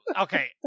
Okay